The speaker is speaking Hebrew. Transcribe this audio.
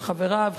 חבריו,